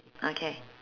okay